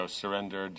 surrender